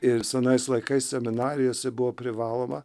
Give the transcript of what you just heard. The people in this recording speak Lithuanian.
ir senais laikais seminarijose buvo privaloma